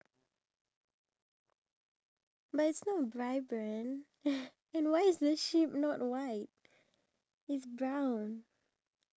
that's why they put the picture of the sheep outside the store so that they can ya make the shirts out of wool